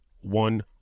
one